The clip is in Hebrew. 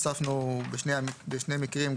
אספנו בשני מקרים,